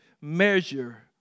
measure